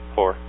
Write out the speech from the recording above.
Four